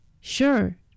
Sure